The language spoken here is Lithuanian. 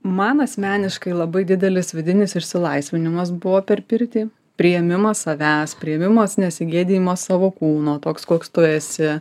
man asmeniškai labai didelis vidinis išsilaisvinimas buvo per pirtį priėmimas savęs priėmimas nesigėdijimas savo kūno toks koks tu esi